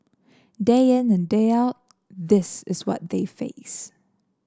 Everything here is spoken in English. day in and day out this is what they face